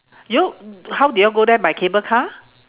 y'all how do y'all go there by cable car